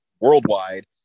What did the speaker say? worldwide